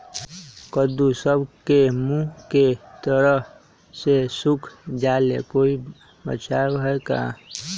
कददु सब के मुँह के तरह से सुख जाले कोई बचाव है का?